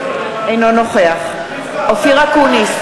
אינו נוכח אופיר אקוניס,